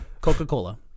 Coca-Cola